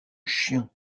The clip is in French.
chien